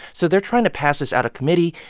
so they're trying to pass this out of committee,